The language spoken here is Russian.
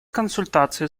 консультации